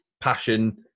passion